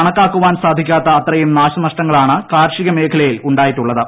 കണക്കാക്കുവാൻ സാധിക്കാത്ത അത്രയും നാശനഷ്ടങ്ങളാണ് കാർഷികമേഖലയിൽ ഉണ്ടായിട്ടുള്ളത്